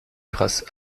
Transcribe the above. grâce